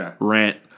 rant